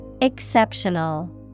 Exceptional